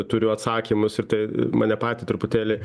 turiu atsakymus ir tai mane patį truputėlį